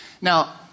Now